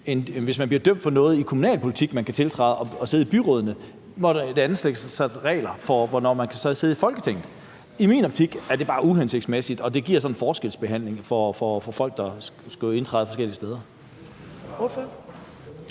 hvis man er blevet dømt for noget. Der er et sæt regler for, hvornår man kan sidde i byrådene, mens der så er et andet sæt regler for, hvornår man kan sidde Folketinget. I min optik er det bare uhensigtsmæssigt. Og det giver sådan en forskelsbehandling af folk, der skal indtræde forskellige steder.